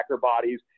bodies